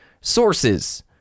sources